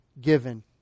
given